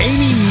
Amy